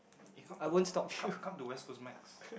it come to come come to West-Coast max